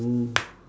oh